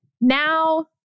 Now